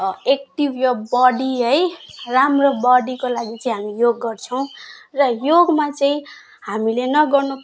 active यो body है राम्रो बडीको लागि चाहिँ हामी योग गर्छौँ र योगमा चाहिँ हामीले नगर्नु